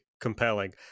compelling